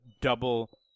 double